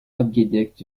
abgedeckt